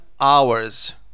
hours